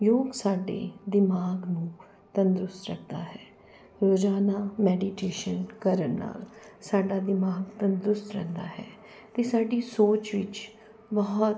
ਯੋਗ ਸਾਡੇ ਦਿਮਾਗ ਨੂੰ ਤੰਦਰੁਸਤ ਰੱਖਦਾ ਹੈ ਰੋਜ਼ਾਨਾ ਮੈਡੀਟੇਸ਼ਨ ਕਰਨ ਨਾਲ ਸਾਡਾ ਦਿਮਾਗ ਤੰਦਰੁਸਤ ਰਹਿੰਦਾ ਹੈ ਅਤੇ ਸਾਡੀ ਸੋਚ ਵਿੱਚ ਬਹੁਤ